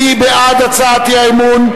מי בעד הצעת האי-אמון?